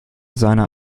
seiner